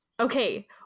Okay